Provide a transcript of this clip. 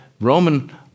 Roman